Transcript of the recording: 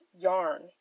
yarn